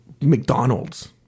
McDonald's